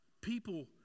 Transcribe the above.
People